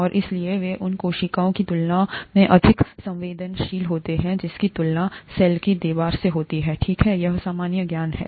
और इसलिए वे उन कोशिकाओं की तुलना में अधिक संवेदनशील होते हैं जिनकी तुलना सेल की दीवार से होती है ठीक है यह सामान्य ज्ञान है